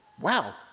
wow